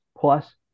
Plus